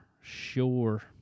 sure